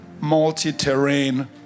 multi-terrain